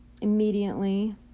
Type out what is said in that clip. immediately